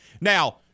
Now